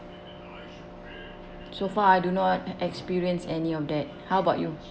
so far I do not experience any of that how about you